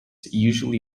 usually